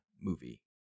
movie